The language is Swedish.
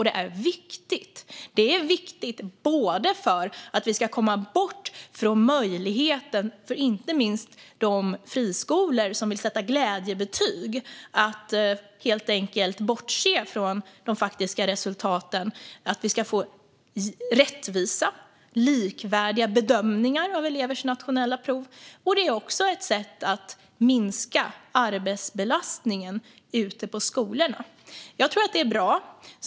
Detta är viktigt för att vi ska komma bort från möjligheten för inte minst de friskolor som vill sätta glädjebetyg att helt enkelt bortse från de faktiska resultaten. Det är viktigt för att vi ska få rättvisa och likvärdiga bedömningar av elevers nationella prov. Detta är också ett sätt att minska arbetsbelastningen ute på skolorna. Jag tror att det är bra.